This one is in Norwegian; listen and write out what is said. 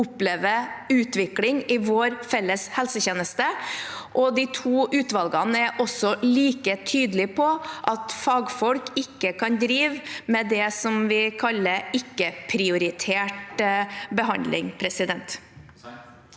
oppleve utvikling i vår felles helsetjeneste. De to utvalgene er også like tydelige på at fagfolk ikke kan drive med det vi kaller ikke-prioritert behandling.